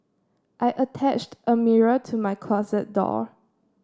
I attached a mirror to my closet door